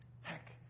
Heck